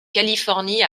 californie